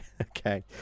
Okay